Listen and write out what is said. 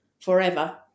forever